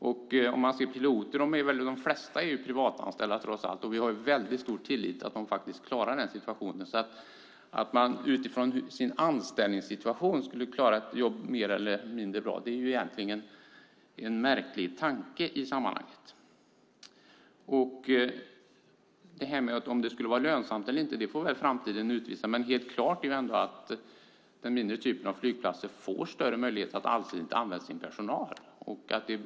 Tittar man på piloter ser man att de flesta trots allt är privatanställda, och vi har stor tillit till att de klarar denna situation. Att man utifrån sin anställningssituation skulle klara ett jobb mer eller mindre bra är alltså egentligen en märklig tanke i sammanhanget. Om det skulle vara lönsamt eller inte får väl framtiden utvisa, men helt klart är ändå att den mindre typen av flygplatser får större möjligheter att allsidigt använda sin personal.